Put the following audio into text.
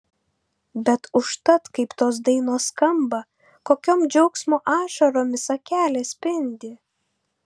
bet užtat kaip tos dainos skamba kokiom džiaugsmo ašaromis akelės spindi